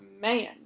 man